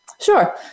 Sure